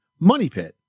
MONEYPIT